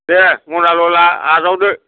दे मनाल' ला आजावदो